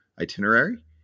itinerary